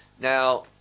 Now